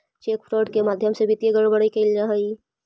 cheque fraud के माध्यम से वित्तीय गड़बड़ी कैल जा हइ